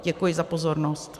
Děkuji za pozornost.